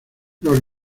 los